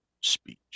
speech